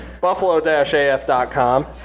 buffalo-af.com